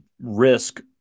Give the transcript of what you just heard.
risk